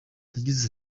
yagize